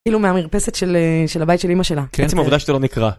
כאילו מהמרפסת של הבית של אימא שלה. עצם העובדה שאתה לא נקרא.